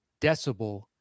Decibel